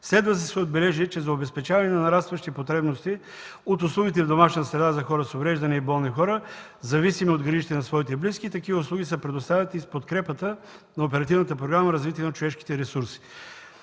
Следва да се отбележи, че за обезпечаване на нарастващи потребности от услугите в домашна среда за хора с увреждания и болни хора, зависими от грижите на своите близки, такива услуги се предоставят и с подкрепата на